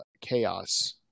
chaos